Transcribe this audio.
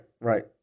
right